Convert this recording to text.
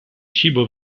cibo